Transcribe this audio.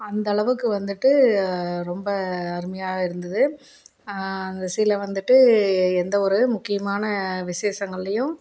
அந்த அளவுக்கு வந்துட்டு ரொம்ப அருமையாக இருந்தது அந்த சீலை வந்துட்டு எந்த ஒரு முக்கியமான விசேஷங்கள்லையும்